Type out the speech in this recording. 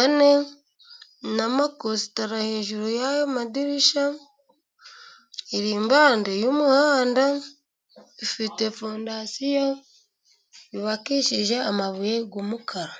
ane n'amakostara hejuru y'ayo madirishya, iri iruhande rw'umuhanda, ifite fondasiyo yubakishije amabuye y'umukara.